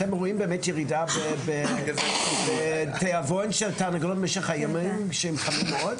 אתם רואים באמת ירידה בתיאבון התרנגולות במשך ימים חמים מאוד?